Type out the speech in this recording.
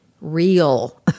real